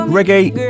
Reggae